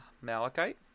Malachite